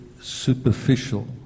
superficial